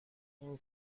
این